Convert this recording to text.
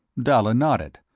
dalla nodded.